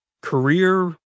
career